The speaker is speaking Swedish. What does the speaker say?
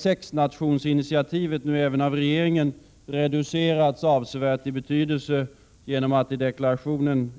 sexnationsinitiativet nu även av regeringen reducerats avsevärt i betydelse genom att det